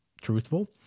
truthful